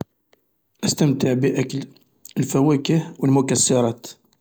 استمتع بأكل الفواكه والمكسرات.